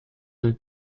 del